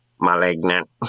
malignant